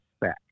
back